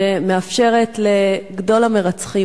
שמאפשרת לגדול המרצחים,